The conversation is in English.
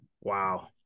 wow